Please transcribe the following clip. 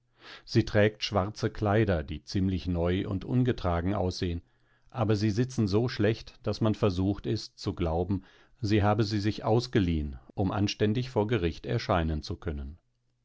sie trägt schwarze kleider die ziemlich neu und ungetragen aussehen aber sie sitzen so schlecht daß man versucht ist zu glauben sie habe sie sich ausgeliehen um anständig vor gericht erscheinen zu können